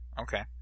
Okay